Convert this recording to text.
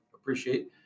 appreciate